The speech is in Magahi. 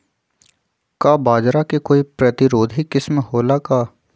का बाजरा के कोई प्रतिरोधी किस्म हो ला का?